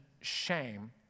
shame